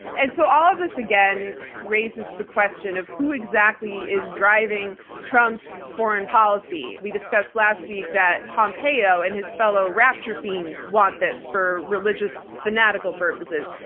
and so all of us, this again raises the question of who exactly is driving trump's foreign policy. we discussed last week that pompeo and his fellow rapture fiends want this for religious fanatical purposes.